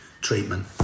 treatment